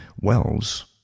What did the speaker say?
wells